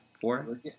Four